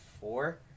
Four